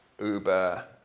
Uber